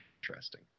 interesting